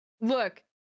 look